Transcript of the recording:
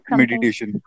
meditation